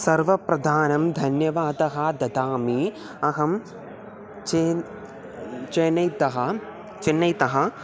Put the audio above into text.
सर्वप्रधानं धन्यवादः ददामि अहं चेन् चनैतः चेन्नैतः